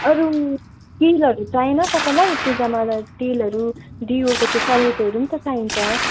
अरू तेलहरू चाहिएन तपाईँलाई पूजामा त तेलहरू दियोको त्यो सलेदोहरू पनि त चाहिन्छ